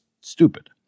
stupid